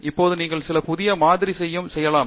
இப்போது நீங்கள் சில புதிய மாதிரி முயற்சி செய்யலாம்